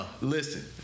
Listen